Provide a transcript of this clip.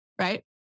right